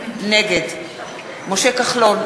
נגד משה כחלון,